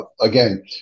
again